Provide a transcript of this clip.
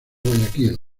guayaquil